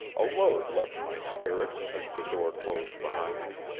a load left my spirits as the door closed behind me.